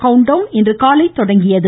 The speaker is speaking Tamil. கவுண்ட் டவுன் இன்றுகாலை தொடங்கியது